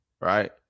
right